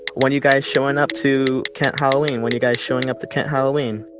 when you guys showing up to kent halloween? when you guys showing up to kent halloween?